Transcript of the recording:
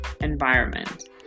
environment